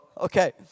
Okay